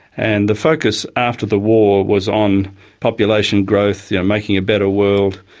and the focus after the war was on population growth, yeah making a better world,